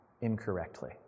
incorrectly